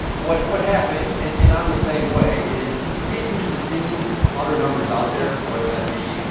what what happens, and and i'm the same way, is you get used to seeing other numbers out there, whether that be, you